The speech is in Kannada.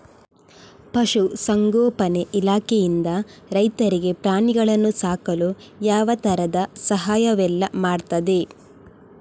ಪಶುಸಂಗೋಪನೆ ಇಲಾಖೆಯಿಂದ ರೈತರಿಗೆ ಪ್ರಾಣಿಗಳನ್ನು ಸಾಕಲು ಯಾವ ತರದ ಸಹಾಯವೆಲ್ಲ ಮಾಡ್ತದೆ?